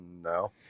no